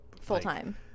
full-time